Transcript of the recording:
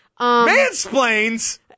Mansplains